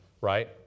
right